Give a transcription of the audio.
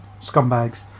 scumbags